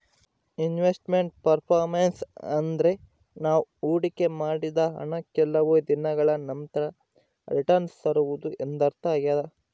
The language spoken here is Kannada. ಇನ್ವೆಸ್ಟ್ ಮೆಂಟ್ ಪರ್ಪರ್ಮೆನ್ಸ್ ಅಂದ್ರೆ ನಾವು ಹೊಡಿಕೆ ಮಾಡಿದ ಹಣ ಕೆಲವು ದಿನಗಳ ನಂತರ ರಿಟನ್ಸ್ ತರುವುದು ಎಂದರ್ಥ ಆಗ್ಯಾದ